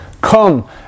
come